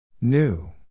New